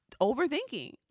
overthinking